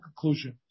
conclusion